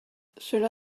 cela